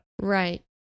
Right